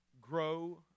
grow